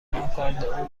آکاردئون